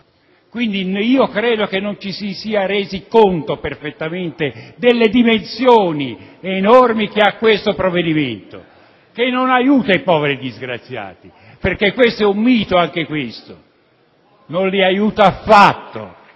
appello. Credo che non ci sia resi conto perfettamente delle dimensioni enormi di questo provvedimento, che non aiuta i poveri disgraziati. Questo è un mito. Anche questo è un mito! Non li aiuta affatto.